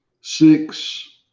six